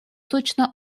точно